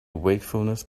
wakefulness